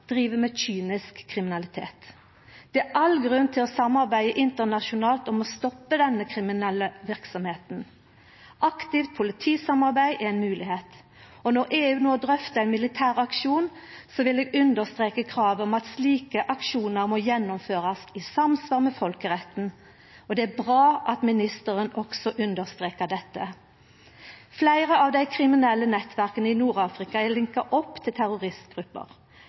driv med kynisk kriminalitet. Det er all grunn til å samarbeida internasjonalt om å stoppa denne kriminelle verksemda. Aktivt politisamarbeid er ein moglegheit. Når EU no drøftar ein militær aksjon, vil eg understreka kravet om at slike aksjonar må gjennomførast i samsvar med folkeretten. Det er bra at ministeren også understrekar dette. Fleire av dei kriminelle nettverka i Nord-Afrika er «linka opp» til terroristgrupper.